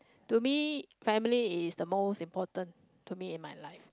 to me family is the most important to me in my life